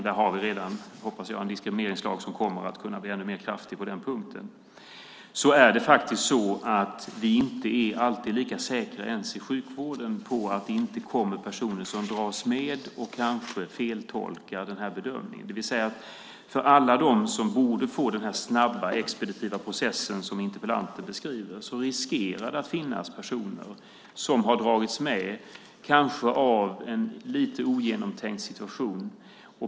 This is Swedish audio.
Där har vi redan, hoppas jag, en diskrimineringslag som kommer att kunna vara ännu mer kraftig på den punkten. Men vi är inte ens i sjukvården alltid säkra på att det inte kommer personer som har dragits med och kanske feltolkar denna bedömning. Bland alla dem som borde få den snabba expeditiva process som interpellanten beskriver är det en risk att det finns personer som har dragits med kanske i en lite ogenomtänkt situation.